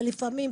ולפעמים,